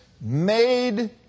made